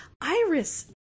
Iris